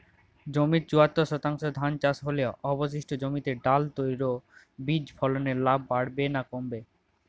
জমির চুয়াত্তর শতাংশে ধান চাষ হলে অবশিষ্ট জমিতে ডাল তৈল বীজ ফলনে লাভ বাড়বে না কমবে?